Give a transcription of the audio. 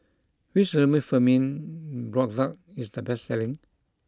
which Remifemin product is the best selling